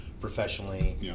professionally